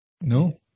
No